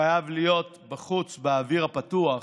חייב להיות בחוץ, באוויר הפתוח,